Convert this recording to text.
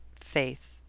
faith